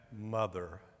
mother